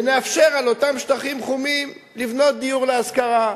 ונאפשר על אותם שטחים חומים לבנות דיור להשכרה,